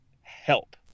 help